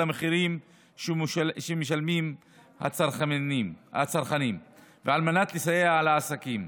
המחירים שמשלמים הצרכנים ויסייע לעסקים.